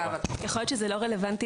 יכול להיות שזה לא רלוונטי,